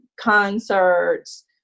concerts